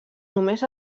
només